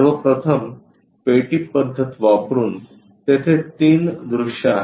सर्व प्रथम पेटी पद्धत वापरुन तेथे तीन दृश्ये आहेत